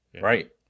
right